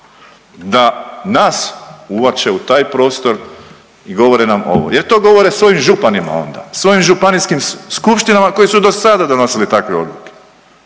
da nas uvlače u taj prostor i govore nam ovo jer to govore svojim županima onda, svojim županijskim skupštinama koje su dosada donosile takve odluke.